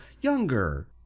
Younger